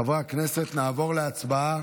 חברי הכנסת, נעבור להצבעה